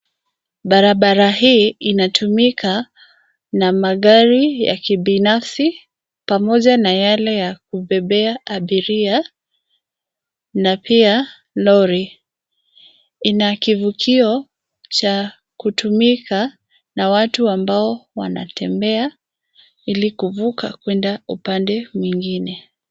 Barabara hii inatumika na magari ya kibinfasi pamoja na yale ya kubebea abiria na pia lori. Ina kivukio cha kutumika na watu ambao wanatembea ili kuvuka kwenda upande mwingine.